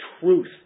truth